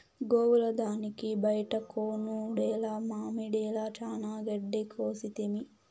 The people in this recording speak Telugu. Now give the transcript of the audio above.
గోవుల దానికి బైట కొనుడేల మామడిల చానా గెడ్డి కోసితిమి